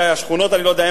השכונות, אני לא יודע.